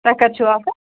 تۄہہِ کَتہِ چھُو آسان